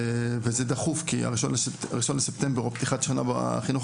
וזה דחוף כי ה-1 לספטמבר או פתיחת שנה בחינוך